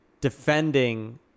defending